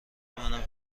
منم